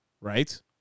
Right